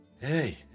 hey